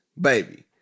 baby